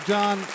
John